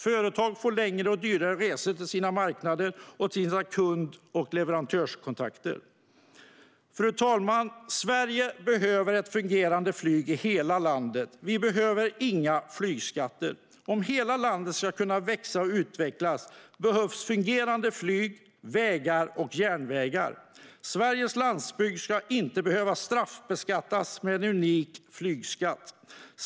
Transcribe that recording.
Företag får längre och dyrare resor till sina marknader och till sina kund och leverantörskontakter. Fru talman! Sverige behöver ett fungerande flyg i hela landet. Vi behöver inga flygskatter. Om hela landet ska kunna växa och utvecklas behövs fungerande flyg, vägar och järnvägar. Sveriges landsbygd ska inte behöva straffbeskattas med en unik flygskatt.